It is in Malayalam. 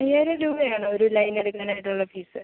അയ്യായിരം രൂപയാണോ ഒരു ലൈൻ എടുക്കാനായിട്ടുള്ള ഫീസ്